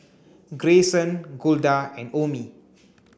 Grayson Golda and Omie